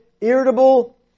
irritable